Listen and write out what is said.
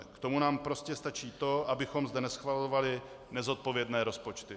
K tomu nám prostě stačí to, abychom zde neschvalovali nezodpovědné rozpočty.